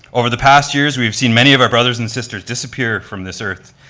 over the past years, we've seen many of our brothers and sisters disappear from this earth,